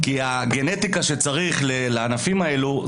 כי הגנטיקה שצריך לענפים האלו,